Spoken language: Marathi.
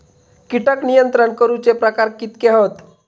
कीटक नियंत्रण करूचे प्रकार कितके हत?